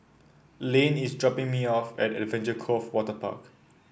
Lane is dropping me off at Adventure Cove Waterpark